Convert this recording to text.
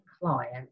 client